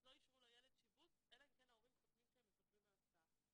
אז לא אישרו לילד שיבוץ אלא אם כן ההורים חותמים שהם מוותרים על הסעה,